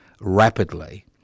rapidly